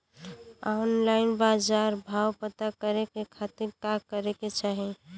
Online बाजार भाव पता करे के खाती का करे के चाही?